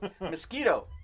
Mosquito